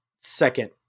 second